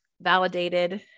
validated